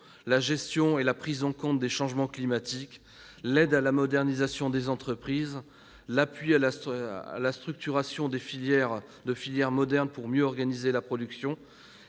la gestion et la prise en compte des changements climatiques, l'aide à la modernisation des entreprises, l'appui à la structuration de filières modernes pour mieux organiser la production